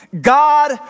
God